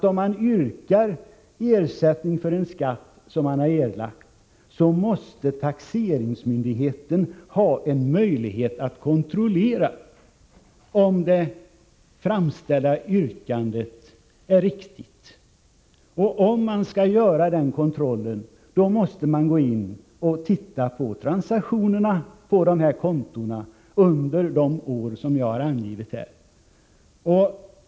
Om man yrkar ersättning för erlagd skatt, måste taxeringsmyndigheten ha möjlighet att kontrollera riktigheten i det framställda yrkandet. En sådan kontroll kräver att man tittar på de transaktioner som gjorts på resp. konto under de år som jag angivit.